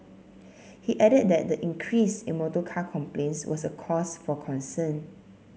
he added that the increase in motorcar complaints was a cause for concern